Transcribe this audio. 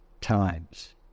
times